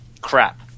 crap